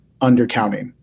undercounting